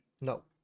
No